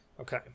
okay